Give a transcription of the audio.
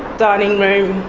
dining room,